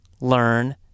learn